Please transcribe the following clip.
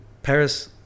Paris